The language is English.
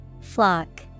Flock